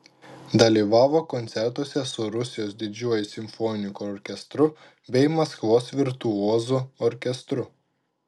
dalyvavo koncertuose su rusijos didžiuoju simfoniniu orkestru bei maskvos virtuozų orkestru